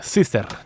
Sister